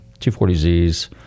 240Zs